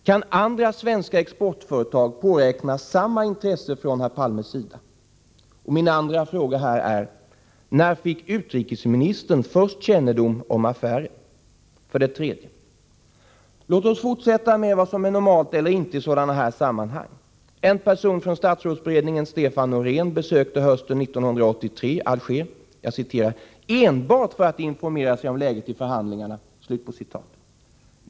Kan andra svenska exportföretag påräkna samma intresse från herr Palmes sida? Min andra fråga här är: När fick utrikesministern först kännedom om affären? Fråga 3: Låt oss fortsätta med vad som är normalt eller inte i sådana här sammanhang. En person från statsrådsberedningen, Stefan Norén, besökte hösten 1983 Alger ”enbart för att informera sig om läget i förhandlingarna”.